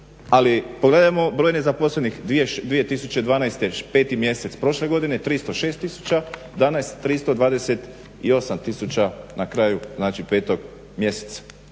ali pogledajmo broj nezaposlenih 2012. peti mjesec prošle godine 306 tisuća, danas 328 tisuća na kraju znači petog mjeseca.